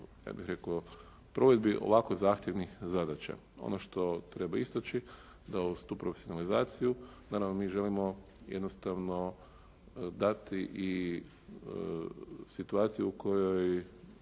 ja bih rekao provedbi ovako zahtjevnih zadaća. Ono što treba istaći da uz tu profesionalizaciju naravno mi želimo jednostavno dati i situaciju u kojoj